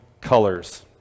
colors